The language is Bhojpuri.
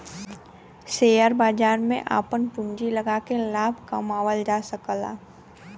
शेयर बाजार में आपन पूँजी लगाके लाभ कमावल जा सकला